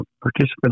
participants